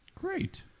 Great